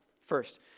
first